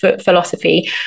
philosophy